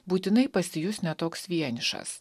būtinai pasijus ne toks vienišas